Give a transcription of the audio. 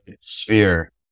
sphere